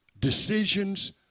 decisions